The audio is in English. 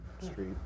street